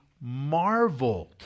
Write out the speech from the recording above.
marveled